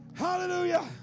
Hallelujah